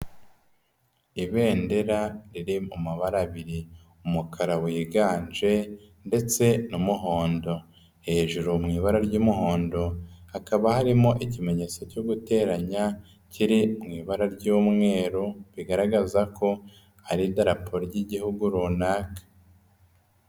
Ibendera riri mu mabara abiri, umukara wiganje ndetse n'umuhondo, hejuru mu ibara ry'umuhondo hakaba harimo ikimenyetso cyo guteranya kiri mu ibara ry'umweru, bigaragaza ko ari idarapo ry'igihugu runaka.